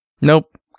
Nope